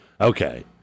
Okay